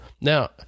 Now